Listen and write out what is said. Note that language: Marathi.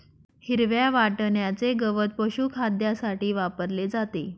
हिरव्या वाटण्याचे गवत पशुखाद्यासाठी वापरले जाते